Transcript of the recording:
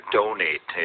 donate